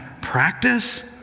practice